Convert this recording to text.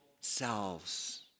selves